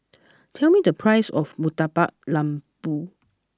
tell me the price of Murtabak Lembu